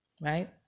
Right